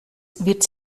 wird